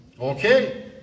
okay